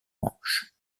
manche